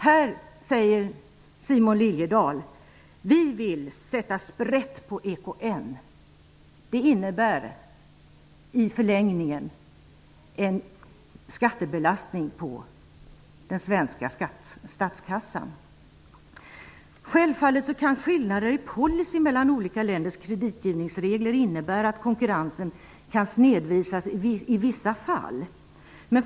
Här säger Simon Liliedahl att Ny demokrati vill sätta sprätt på EKN. Det innebär i förlängningen en skattebelastning på den svenska statskassan. Självfallet kan skillnader i policy mellan olika länders kreditgivningsregler innebära att konkurrensen i vissa fall kan snedvridas.